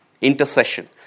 Intercession